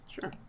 Sure